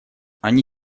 они